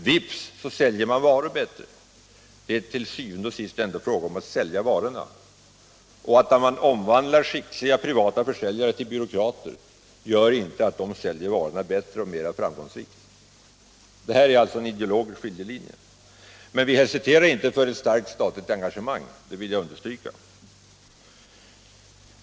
Vips säljer man varor bättre — det är til syvende og sidst ändå ödesfrågan för varje företag att få varorna sålda. Att man omvandlar skickliga försäljare till byråkrater gör inte att de säljer varorna bättre och mera framgångsrikt. Här går, som jag sade, en ideologisk skiljelinje. Men vi hesiterar inte för ett starkt engagemang, om detta skulle visa sig erforderligt — det vill jag understryka.